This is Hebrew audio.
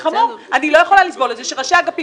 אני לא יכולה לסבול את זה שראשי אגפים